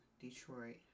Detroit